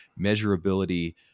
measurability